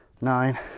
nine